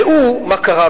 ראו מה קרה,